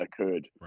occurred